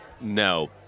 No